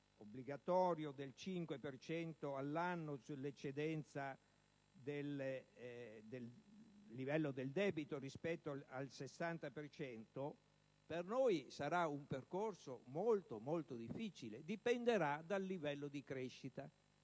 obbligatorio del 5 per cento annuo sull'eccedenza del livello del debito rispetto al 60 per cento, per noi sarà un percorso molto, molto difficile; ma dipenderà dal livello di crescita.